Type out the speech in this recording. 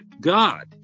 God